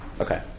Okay